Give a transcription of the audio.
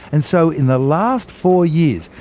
and so, in the last four years,